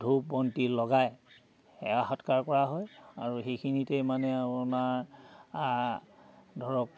ধূপ বন্তি লগাই সেৱা সৎকাৰ কৰা হয় আৰু সেইখিনিতে মানে আপোনাৰ ধৰক